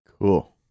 Cool